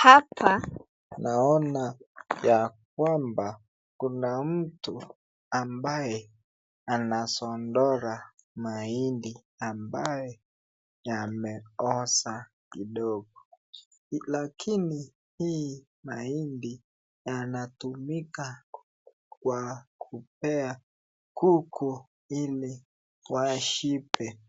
Hapa naona ya kwamba kuna mtu ambaye anasondora mahindi ambaye yameoza kidogo lakini hii mahindi yanatumika kwa kupea kuku ili washibe